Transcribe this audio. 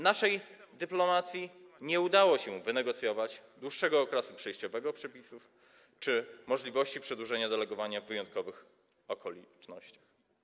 Naszej dyplomacji nie udało się wynegocjować dłuższego okresu przejściowego czy możliwości przedłużenia delegowania w wyjątkowych okolicznościach.